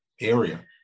area